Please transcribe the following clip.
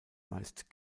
meist